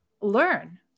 learn